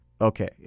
Okay